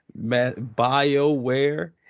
BioWare